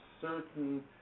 certain